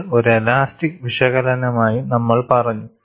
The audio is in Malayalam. ഇത് ഒരു ഇലാസ്റ്റിക് വിശകലനമായി നമ്മൾ പറഞ്ഞു